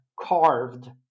carved